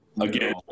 again